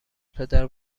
پدر